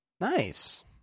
Nice